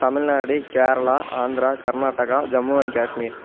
Tamil Nadu Kerala Andhra Karnataka Jammu and Kashmir